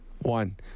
One